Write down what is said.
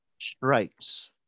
strikes